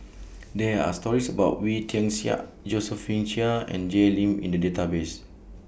There Are stories about Wee Tian Siak Josephine Chia and Jay Lim in The Database